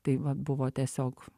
tai va buvo tiesiog